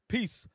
Peace